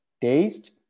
taste